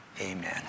Amen